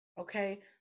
Okay